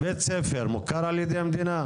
בית ספר מוכר על ידי המדינה?